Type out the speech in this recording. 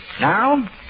Now